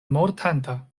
mortanta